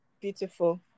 beautiful